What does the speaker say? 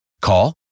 Call